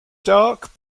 dark